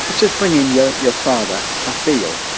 just bring in your your father, kafeel.